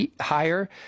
higher